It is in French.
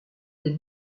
les